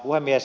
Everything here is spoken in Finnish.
puhemies